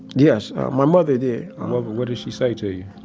yes, my mother did um ah what did she say to you?